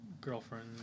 girlfriend